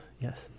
Yes